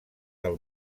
del